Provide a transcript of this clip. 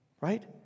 right